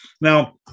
now